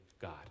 God